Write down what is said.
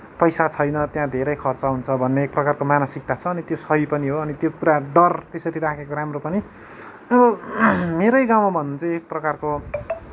पैसा छैन त्यहाँ धेरै खर्च हुन्छ भन्ने एक प्रकारको मानसिकता छ नि त्यो सही पनि हो अनि त्यो कुरा डर त्यसरी राखेको राम्रो पनि मेरै गाउँमा भन्नु भने चाहिँ एक प्रकारको